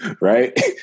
Right